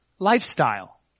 Lifestyle